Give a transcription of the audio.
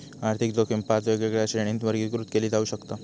आर्थिक जोखीम पाच वेगवेगळ्या श्रेणींत वर्गीकृत केली जाऊ शकता